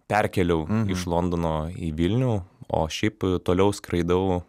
perkėliau iš londono į vilnių o šiaip toliau skraidau